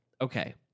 okay